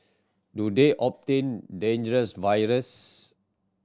do they obtain dangerous viruses